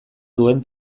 duen